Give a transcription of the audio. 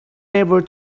never